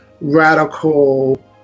radical